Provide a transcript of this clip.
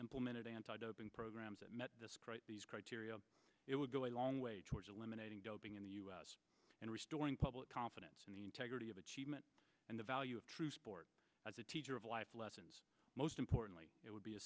implemented anti doping programs that met these criteria it would go a long way towards eliminating doping in the us and restoring public confidence in the integrity of achievement and the value of true sport as a teacher of life lessons most importantly it would be a